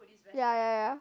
ya ya ya